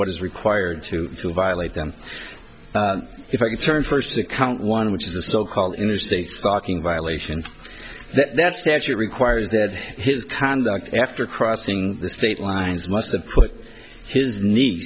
what is required to violate them if i can turn first to count one which is the so called interstate stalking violation that statute requires that his conduct after crossing state lines must of put his